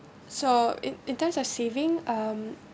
so in in terms of saving um